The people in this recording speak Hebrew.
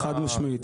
חד משמעית.